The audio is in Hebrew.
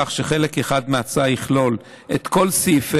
כך שחלק אחד מההצעה יכלול את כל סעיפי